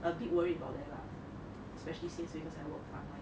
a bit worried about there lah especially since because I work frontline